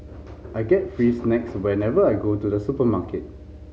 I get free snacks whenever I go to the supermarket